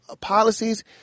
policies